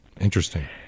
Interesting